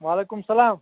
وعلیکُم اسَلام